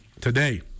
today